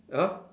!huh!